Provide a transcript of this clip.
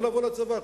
לא לבוא לצבא.